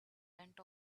went